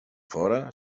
fora